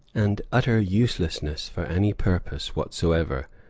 and utter uselessness for any purpose whatsoever,